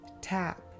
Tap